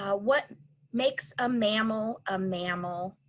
what makes a mammal, a mammal?